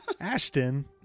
Ashton